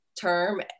term